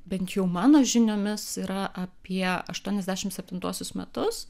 bent jau mano žiniomis yra apie aštuoniasdešimt seprintuosius metus